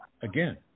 again